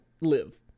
live